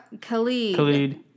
Khalid